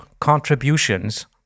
contributions